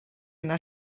yna